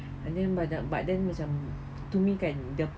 and then but the but then macam to me kan the